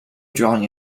drawing